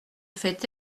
fait